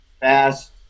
fast